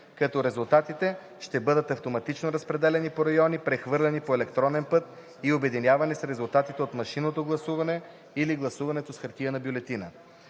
като резултатите ще бъдат автоматично разпределяни по райони, прехвърляни по електронен път и обединявани с резултатите от машинното гласуване или гласуването с хартиена бюлетина.